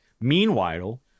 meanwhile